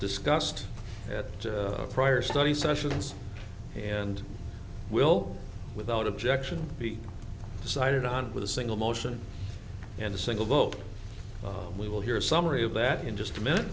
discussed at prior study sessions and will without objection be decided on with a single motion and a single vote we will hear a summary of that in just a minute